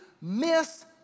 miss